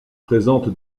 présente